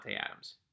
Adams